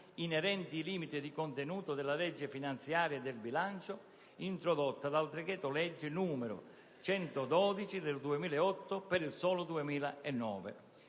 inerente i limiti di contenuto della legge finanziaria e del bilancio, introdotta dal decreto-legge n. 112 del 2008 per il solo 2009;